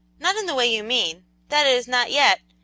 not in the way you mean that is, not yet,